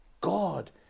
God